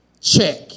check